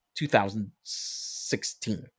2016